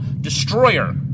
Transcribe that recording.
destroyer